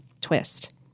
twist